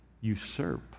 usurp